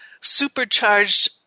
supercharged